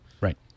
right